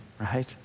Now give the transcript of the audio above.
right